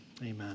Amen